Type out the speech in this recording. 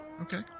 Okay